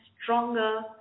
Stronger